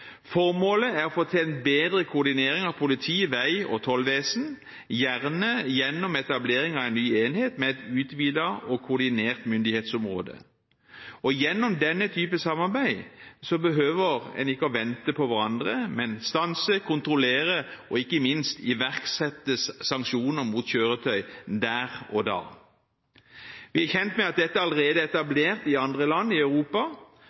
Formålet er å få til en bedre koordinering av politi, veimyndighet og tollvesen – gjerne gjennom etablering av en ny enhet med et utvidet og koordinert myndighetsområde. Gjennom denne type samarbeid behøver en ikke vente på hverandre, men stanse, kontrollere og ikke minst iverksette sanksjoner mot kjøretøyer der og da. Vi er kjent med at dette allerede er etablert i andre land i Europa.